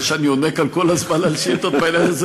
זה שאני עונה כאן כל הזמן על שאילתות בעניין הזה,